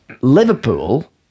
Liverpool